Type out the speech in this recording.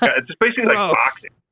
it's just basically, like, boxing.